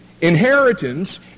inheritance